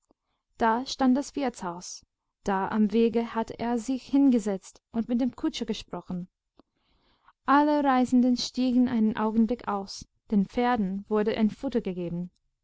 da stand das wirtshaus da am wege hatte er sich hingesetzt und mit dem kutscher gesprochen alle reisenden stiegen einen augenblick aus den pferden wurde ein futter gegeben